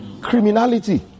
criminality